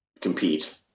compete